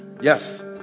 yes